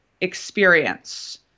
experience